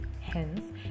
hence